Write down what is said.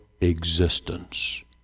existence